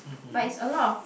but is a lot of